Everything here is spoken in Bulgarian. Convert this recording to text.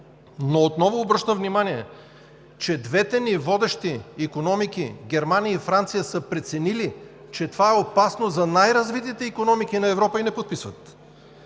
Отново обръщам внимание, че двете водещи икономики – Германия и Франция, са преценили, че това е опасно за най развитите икономики на Европа, и не подписват.